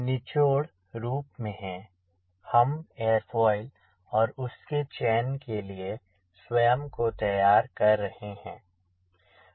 निचोड़ रूप में है हम एरोफोइल और उसके चयन के लिए स्वयं को तैयार कर रहे हैं